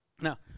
Now